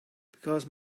because